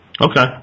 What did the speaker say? Okay